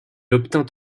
obtient